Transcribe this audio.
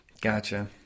Gotcha